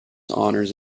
honors